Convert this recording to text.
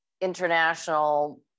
international